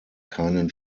keinen